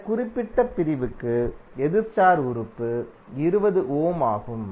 இந்த குறிப்பிட்ட பிரிவுக்கு எதிர் ஸ்டார் உறுப்பு 20 ஓம் ஆகும்